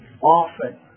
often